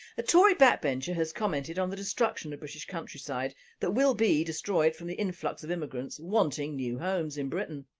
a tory back bencher has commented on the destruction of british countryside that will be destroyed from the influx of immigrant's wanting new homes in britain.